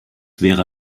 wäre